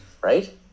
Right